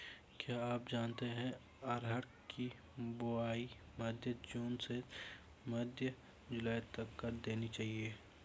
क्या आप जानते है अरहर की बोआई मध्य जून से मध्य जुलाई तक कर देनी चाहिये?